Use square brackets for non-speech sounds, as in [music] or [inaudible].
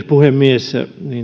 [unintelligible] puhemies